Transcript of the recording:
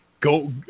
go